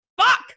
Fuck